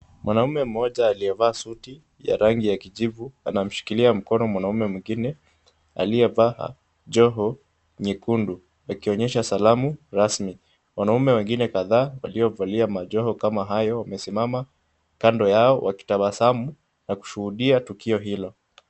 Mwanaume mmoja aliyevaa suti ya rangi ya kijivu anamshikilia mkono mwanaume mwingine aliyevaa joho nyekundu akionyesha salamu rasmi. Wanaume wengine kadhaa waliovalia majoho kama hayo wamesimama kando yao wakitabasamu na kushuhudia tukio hilo.